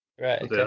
Right